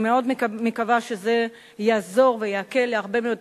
אני מאוד מקווה שזה יעזור ויקל על הרבה מאוד